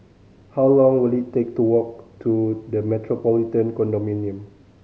how long will it take to walk to The Metropolitan Condominium